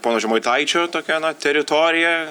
pono žemaitaičio tokia teritorija